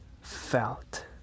felt